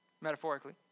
metaphorically